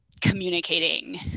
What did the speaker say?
communicating